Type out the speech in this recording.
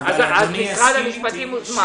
משרד המשפטים הוזמן.